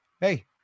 Hey